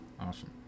awesome